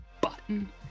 button